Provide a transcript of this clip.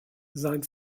sein